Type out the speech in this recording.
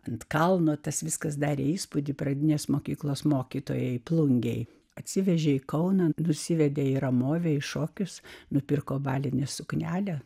ant kalno tas viskas darė įspūdį pradinės mokyklos mokytojai plungėje atsivežė į kauną nusivedė į ramovei šokius nupirko balinę suknelę